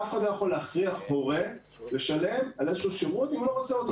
אף אחד לא יכול להכריח הורה לשלם על שירות אם הוא לא רוצה אותו.